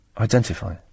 Identify